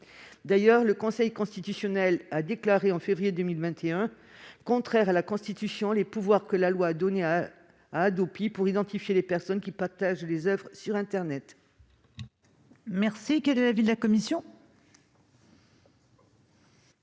D'ailleurs, le Conseil constitutionnel a déclaré en février 2021 contraires à la Constitution les pouvoirs que la loi a donnés à la Hadopi pour identifier les personnes qui partagent les oeuvres sur internet. Quel est l'avis de la commission ?